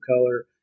color